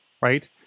right